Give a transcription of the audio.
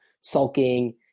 sulking